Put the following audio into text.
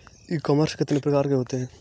ई commerce कितने प्रकार के होते हैं?